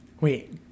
wait